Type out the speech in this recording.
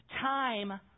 Time